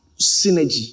synergy